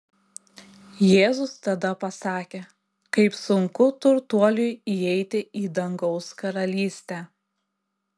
jėzus tada pasakė kaip sunku turtuoliui įeiti į dangaus karalystę